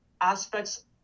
aspects